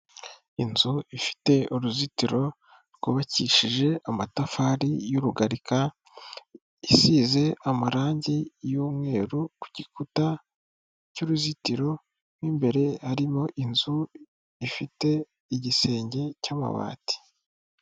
Inzu ifite uruzitiro rwubakishije amatafari y'urugarika, isize amarangi y'umweru ku gikuta cy'uruzitiro mu imbere harimo inzu ifite igisenge cy'amabati.